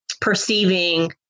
perceiving